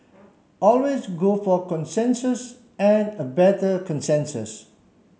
always go for a consensus and a better consensus